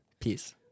Peace